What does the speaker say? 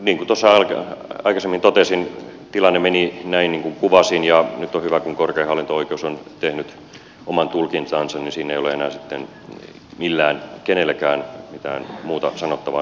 niin kuin tuossa aikaisemmin totesin tilanne meni näin niin kuin kuvasin ja nyt on hyvä kun korkein hallinto oikeus on tehnyt oman tulkintansa niin siinä ei ole sitten enää kenelläkään mitään muuta sanottavaa